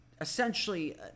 essentially